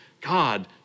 God